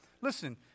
Listen